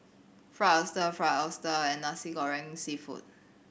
Fried Oyster Fried Oyster and Nasi Goreng Seafood